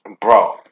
Bro